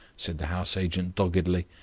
said the house-agent doggedly.